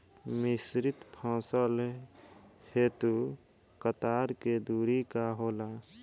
मिश्रित फसल हेतु कतार के दूरी का होला?